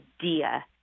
idea